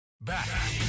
Back